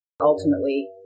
ultimately